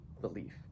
belief